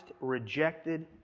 rejected